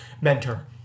mentor